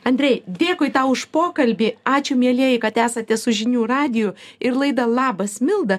andrei dėkui tau už pokalbį ačiū mielieji kad esate su žinių radiju ir laida labas milda